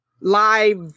live